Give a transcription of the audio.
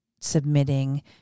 submitting